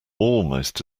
almost